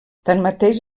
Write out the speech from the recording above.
tanmateix